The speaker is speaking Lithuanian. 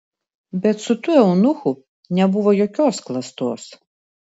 bet su tuo eunuchu nebuvo jokios klastos